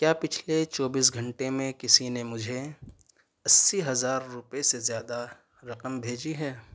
کیا پچھلے چوبیس گھنٹے میں کسی نے مجھے اسّی ہزار روپئے سے زیادہ رقم بھیجی ہے